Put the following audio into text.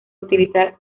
utilizar